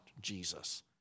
Jesus